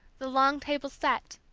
the long table set,